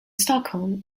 stockholm